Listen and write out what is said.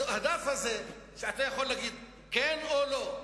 הדף הזה, שאתה יכול להגיד "כן" או "לא".